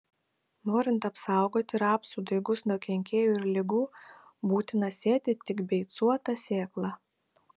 norint apsaugoti rapsų daigus nuo kenkėjų ir ligų būtina sėti tik beicuotą sėklą